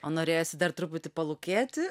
o norėjosi dar truputį palūkėti